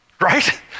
right